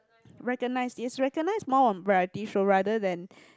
recognize he's recognize more on variety show rather than